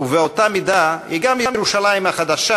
ובאותה מידה היא גם ירושלים החדשה,